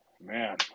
man